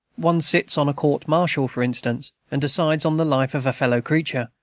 one sits on court-martial, for instance, and decides on the life of a fellow-creature,